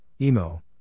emo